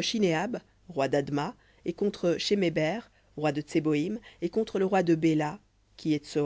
shineab roi d'adma et shéméber roi de tseboïm et le roi de béla qui est